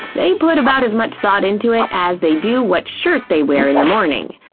they put about as much thought into it as they do what shirt they wear in the morning.